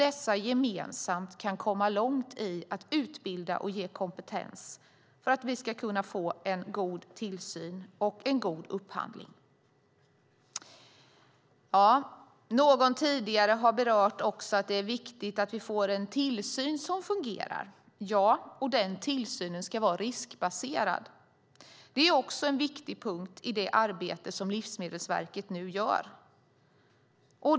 Dessa kan gemensamt komma långt i att utbilda och ge kompetens för att vi ska kunna få en god tillsyn och goda upphandlingar. Någon har tidigare berört här att det är viktigt att vi får en tillsyn som fungerar. Ja, det är det, och den tillsynen ska vara riskbaserad. Det är också en viktig punkt i det arbete som Livsmedelsverket nu gör.